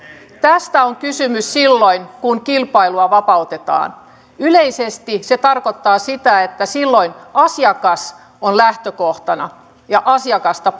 tästä on kysymys silloin kun kilpailua vapautetaan yleisesti se tarkoittaa sitä että silloin asiakas on lähtökohtana ja asiakasta